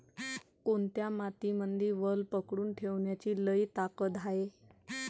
कोनत्या मातीमंदी वल पकडून ठेवण्याची लई ताकद हाये?